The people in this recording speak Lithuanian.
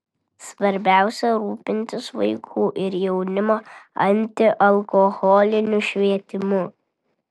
svarbiausia rūpintis vaikų ir jaunimo antialkoholiniu švietimu